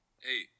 Hey